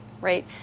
right